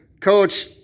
coach